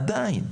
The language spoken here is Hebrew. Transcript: עדיין,